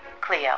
Cleo